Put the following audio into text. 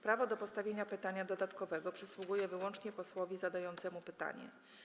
Prawo do postawienia pytania dodatkowego przysługuje wyłącznie posłowi zadającemu pytanie.